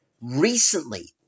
recently